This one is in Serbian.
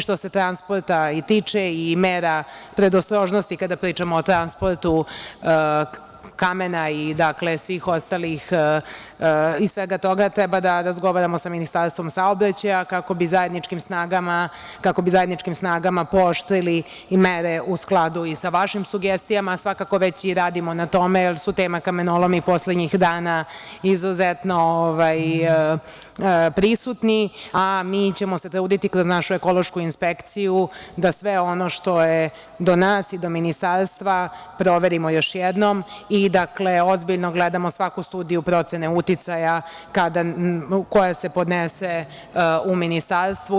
Što se transporta tiče i mera predostrožnosti kada pričamo o transportu kamena i svega toga, treba da razgovaramo sa Ministarstvom saobraćaja, kako bi zajedničkim snagama pooštrili mere u skladu i sa vašim sugestijama, a svakako već i radimo na tome, jer su tema kamenolomi poslednjih dana izuzetno prisutni, a mi ćemo se truditi kroz našu ekološku inspekciju da sve ono što je do nas i do Ministarstva proverimo još jednom i ozbiljno gledamo svaku studiju procene uticaja koja se podnese u Ministarstvu.